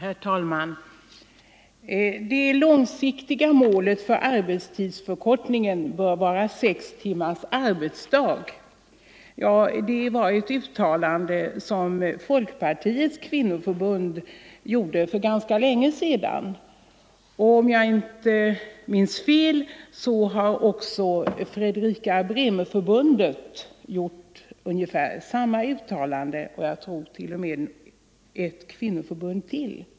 Om allmän Herr talman! Det långsiktiga målet för arbetstidsförkortningen bör vara — arbetstidsförkortsex timmars arbetsdag — ja, det var ett uttalande som Folkpartiets kvin — ning, m.m. noförbund gjorde för ganska länge sedan. Om jag inte minns fel har också Fredrika-Bremer-förbundet gjort ett liknande uttalande liksom också ett annat kvinnoförbund.